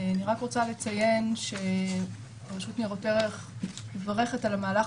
אני רק רוצה לציין שרשות לניירות ערך מברכת על המהלך